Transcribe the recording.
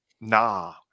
nah